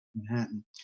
Manhattan